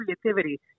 creativity